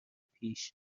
پیش